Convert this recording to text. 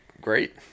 great